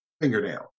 fingernail